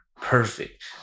Perfect